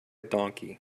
donkey